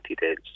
days